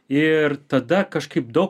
ir tada kažkaip daug